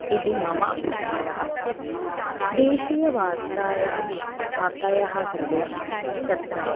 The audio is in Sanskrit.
इति मम अभिप्रायः देशीयवार्तायां वार्तायाः कृते तत्र